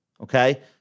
okay